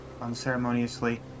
Unceremoniously